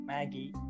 Maggie